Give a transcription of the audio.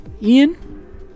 Ian